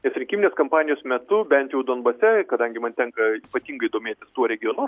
nes rinkiminės kampanijos metu bent jau donbase kadangi man tenka ypatingai domėtis tuo regionu